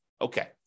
Okay